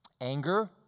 anger